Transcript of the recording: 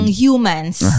humans